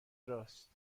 راست